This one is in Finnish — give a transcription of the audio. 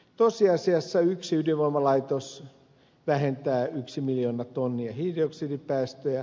tosiasiassa yksi ydinvoimalaitos vähentää kaksi miljoonaa tonnia hiilidioksidipäästöjä